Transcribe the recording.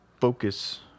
focus